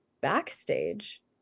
backstage